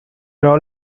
all